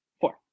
four